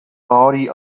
bari